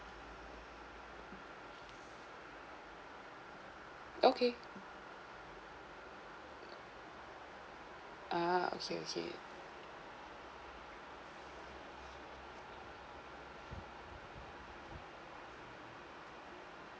okay uh okay okay